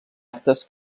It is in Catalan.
actes